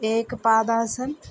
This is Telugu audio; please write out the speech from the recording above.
ఏక పాదాసన్